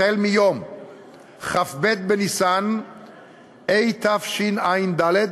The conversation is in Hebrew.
החל מכ"ב בניסן התשע"ד,